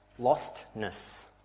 lostness